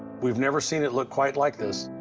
we've never seen it look quite like this,